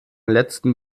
letzten